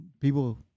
people